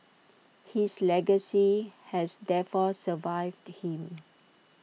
his legacy has therefore survived him